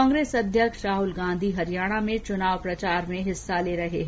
कांग्रेस अध्यक्ष राहुल गांधी हरियाणा में चुनाव प्रचार में हिस्सा ले रहे हैं